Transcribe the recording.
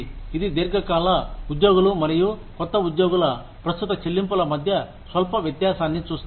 ఇది దీర్ఘకాల ఉద్యోగులు మరియు కొత్త ఉద్యోగుల ప్రస్తుత చెల్లింపుల మధ్య స్వల్ప వ్యత్యాసాన్ని చూస్తారు